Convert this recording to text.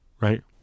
right